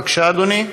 בבקשה, אדוני.